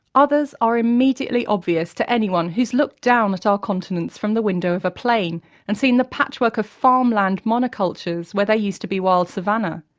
others are immediately obvious to anyone who's looked down at our continents from the window of a plane and seen the patchwork of farmland monocultures where there used to be wild savannah,